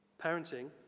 Parenting